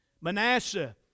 Manasseh